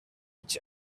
rich